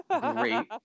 great